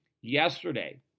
yesterday